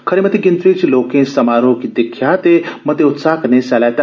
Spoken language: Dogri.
खरी मती गिनतरी च लोर्के इस समारोह गी दिक्खेआ ते मते उत्साह कन्नै हिस्सा लैता